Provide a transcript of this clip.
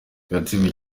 gatsibo